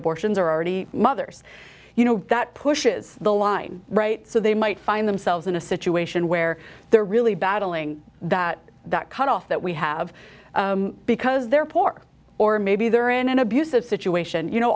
abortions are already mothers you know that pushes the line right so they might find themselves in a situation where they're really battling that that cutoff that we have because they're poor or maybe they're in an abusive situation you know